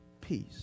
peace